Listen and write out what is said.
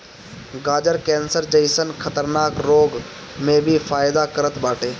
गाजर कैंसर जइसन खतरनाक रोग में भी फायदा करत बाटे